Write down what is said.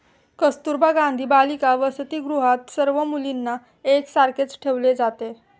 कस्तुरबा गांधी बालिका वसतिगृहात सर्व मुलींना एक सारखेच ठेवले जाते